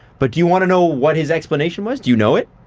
but do you want to know what his explanation was? do you know it?